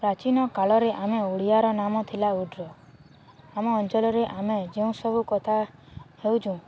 ପ୍ରାଚୀନ କାଳରେ ଆମେ ଓଡ଼ିଆର ନାମ ଥିଲା ଉଡ଼୍ର ଆମ ଅଞ୍ଚଲରେ ଆମେ ଯେଉଁ ସବୁ କଥା ହେଉଛୁ